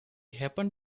happen